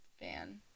fan